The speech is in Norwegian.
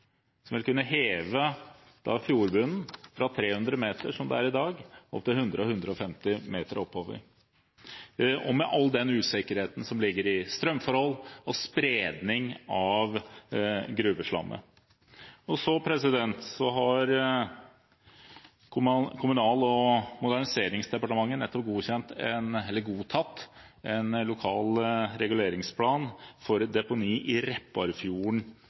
som vil kunne heve fjordbunnen fra 300 meter, som den er i dag, 100–150 meter oppover, og med all den usikkerheten som ligger i strømforhold og spredning av gruveslammet. Kommunal- og moderniseringsdepartementet har nettopp godtatt en lokal reguleringsplan for deponi i Repparfjorden